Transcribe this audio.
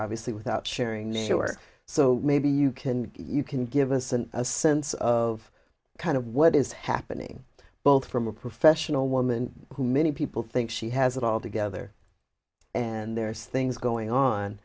obviously without sharing your so maybe you can you can give us a sense of kind of what is happening both from a professional woman who many people think she has it all together and there's things going on